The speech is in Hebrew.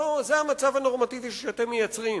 זה המצב הנורמטיבי שאתם מייצרים,